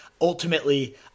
ultimately